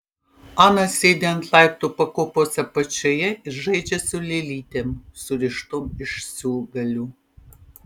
ana sėdi ant laiptų pakopos apačioje ir žaidžia su lėlytėm surištom iš siūlgalių